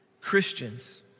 Christians